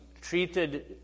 treated